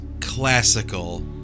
classical